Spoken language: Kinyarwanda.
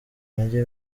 intege